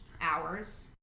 hours